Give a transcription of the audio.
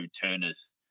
turners